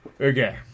Okay